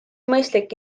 mõistlik